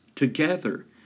Together